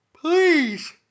please